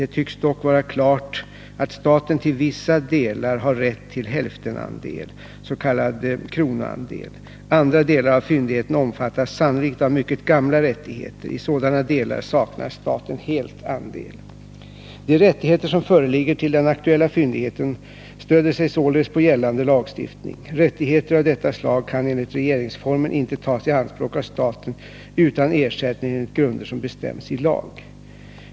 Det tycks dock vara klart att staten till vissa delar har rätt till hälftenandel, s.k. kronoandel. Andra delar av fyndigheten omfattas sannolikt av mycket gamla rättigheter. I sådana delar saknar staten helt andel. De rättigheter som föreligger till den aktuella fyndigheten stöder sig således på gällande lagstiftning. Rättigheter av detta slag kan enligt regeringsformen inte tas i anspråk av staten utan ersättning enligt grunder som bestäms i lag.